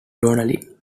donnelly